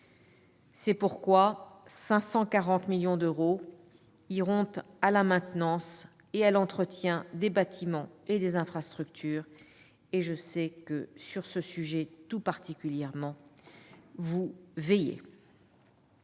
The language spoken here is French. C'est pourquoi 540 millions d'euros iront à la maintenance et à l'entretien des bâtiments et des infrastructures. Je sais que vous êtes particulièrement vigilants